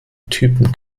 typen